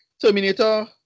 Terminator